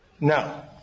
No